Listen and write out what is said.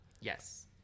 Yes